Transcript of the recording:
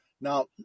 Now